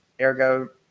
ergo